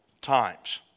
times